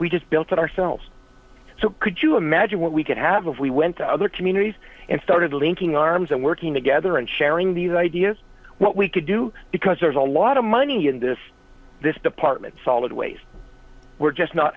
we just built it ourselves so could you imagine what we could have of we went to other communities and started linking arms and working together and sharing these ideas what we could do because there's a lot of money in this this department solid waste we're just not